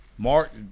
Mark